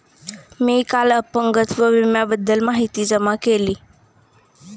मी काल अपंगत्व विम्याबद्दल माहिती जमा केली